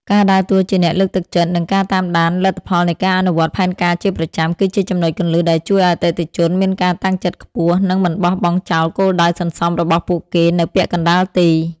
ការដើរតួជាអ្នកលើកទឹកចិត្ត និងការតាមដានលទ្ធផលនៃការអនុវត្តផែនការជាប្រចាំ គឺជាចំណុចគន្លឹះដែលជួយឱ្យអតិថិជនមានការតាំងចិត្តខ្ពស់ និងមិនបោះបង់ចោលគោលដៅសន្សំរបស់ពួកគេនៅពាក់កណ្ដាលទី។